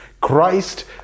Christ